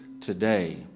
today